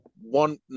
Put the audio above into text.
one